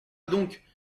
donc